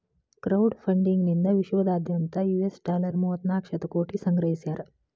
crowd funding ನಿಂದಾ ವಿಶ್ವದಾದ್ಯಂತ್ US dollar ಮೂವತ್ತನಾಕ ಶತಕೋಟಿ ಸಂಗ್ರಹಿಸ್ಯಾರ